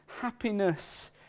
happiness